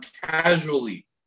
casually